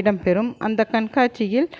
இடம்பெறும் அந்த கண்காட்சியில்